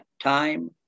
time